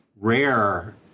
rare